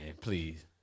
please